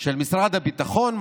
של משרד הביטחון,